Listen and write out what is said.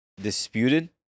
disputed